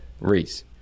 Reese